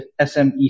SMEs